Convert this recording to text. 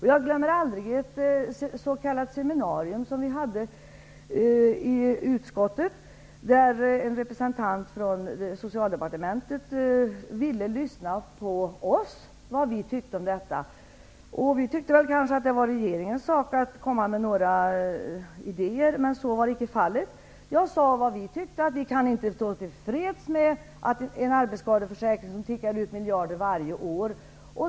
Jag glömmer aldrig det s.k. seminarium som vi hade i utskottet. En representant från Socialdepartementet ville lyssna på oss för att höra vad vi tyckte. Vi tyckte kanske att det var regeringens sak att komma med idéer, men så var icke fallet. Jag sade vad vi tyckte, nämligen att vi inte kan vara till freds med en arbetsskadeförsäkring som tickar miljarder varje år.